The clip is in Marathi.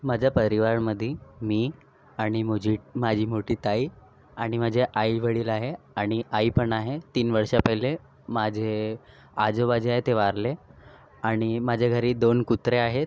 माझ्या परिवारामध्ये मी आणि मोझी माझी मोठी ताई आणि माझे आईवडील आहे आणि आई पण आहे तीन वर्षा पहिले माझे आजोबा जे आहेत ते वारले आणि माझ्या घरी दोन कुत्रे आहेत